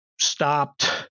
stopped